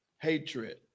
Hatred